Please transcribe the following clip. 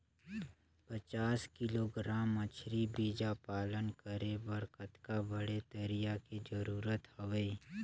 पचास किलोग्राम मछरी बीजा पालन करे बर कतका बड़े तरिया के जरूरत हवय?